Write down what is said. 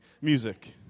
music